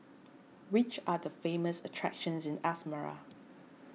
which are the famous attractions in Asmara